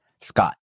Scott